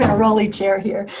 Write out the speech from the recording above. roll-y chair here.